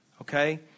okay